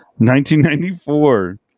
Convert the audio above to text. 1994